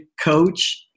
coach